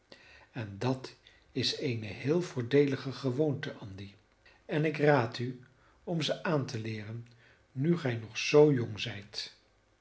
en dat is eene heel voordeelige gewoonte andy en ik raad u om ze aan te leeren nu gij nog zoo jong zijt